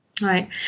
Right